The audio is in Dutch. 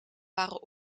waren